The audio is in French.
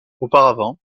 auparavant